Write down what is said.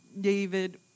David